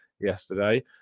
yesterday